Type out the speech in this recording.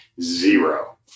zero